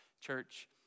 Church